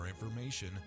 information